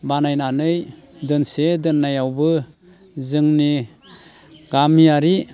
बानायनानै दोनसे दोननायावबो जोंनि गामियारि